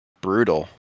brutal